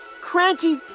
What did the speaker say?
Cranky